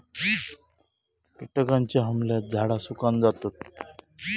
किटकांच्या हमल्यात झाडा सुकान जातत